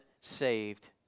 saved